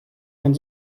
von